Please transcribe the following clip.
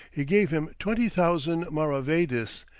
he gave him twenty thousand maravedis,